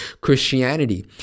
Christianity